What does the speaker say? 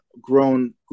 grown